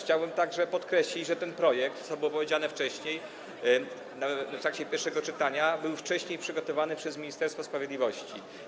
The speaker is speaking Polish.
Chciałbym także podkreślić, że ten projekt, co było powiedziane wcześniej, w trakcie pierwszego czytania, był wcześniej przygotowany przez Ministerstwo Sprawiedliwości.